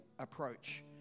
Approach